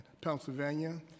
Pennsylvania